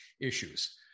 issues